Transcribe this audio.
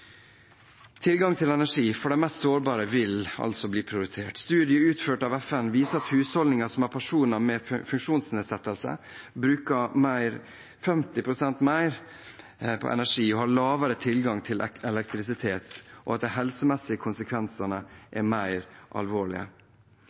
Tilgang til energi for de mest sårbare vil bli prioritert. Studier utført av FN viser at husholdninger som har personer med funksjonsnedsettelse, bruker 50 pst. mer på energi, har lavere tilgang til elektrisitet og at de helsemessige konsekvensene